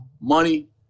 money